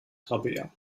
rabea